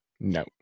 No